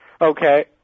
Okay